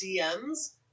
DMs